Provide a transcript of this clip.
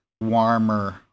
warmer